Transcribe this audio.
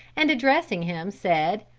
and addressing him said,